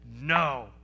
no